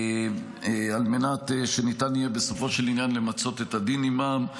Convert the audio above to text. על מנת שניתן יהיה בסופו של עניין למצות את הדין עימם.